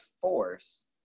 force